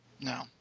No